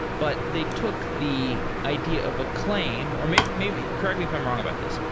but they took the idea of a claim or maybe maybe correct me if i'm wrong about this.